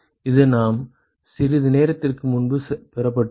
இது நாம் சிறிது நேரத்திற்கு முன்பு பெறப்பட்டது